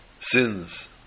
sins